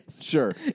Sure